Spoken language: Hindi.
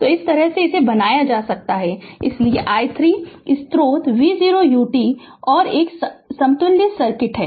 तो इस तरह से इसे बनाया जा सकता है इसलिए i 3 स्रोत v0 u t और यह समतुल्य सर्किट है